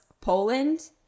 Poland